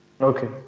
Okay